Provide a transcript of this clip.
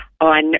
on